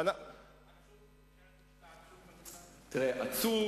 אתה עצוב?